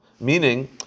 Meaning